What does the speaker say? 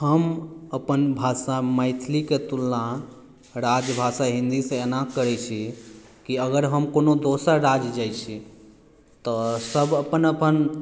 हम अपन भाषा मैथिलि के तुलना राजभाषा हिन्दी सॅं एना करै छी कि अगर हम कोनो दोसर राज्य जाइ छी तऽ सब अपन अपन